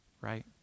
right